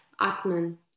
Atman